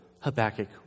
Habakkuk